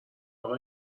آقا